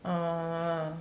orh